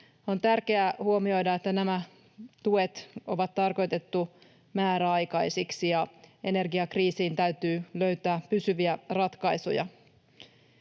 On tärkeää huomioida, että nämä tuet on tarkoitettu määräaikaisiksi ja energiakriisiin täytyy löytää pysyviä ratkaisuja.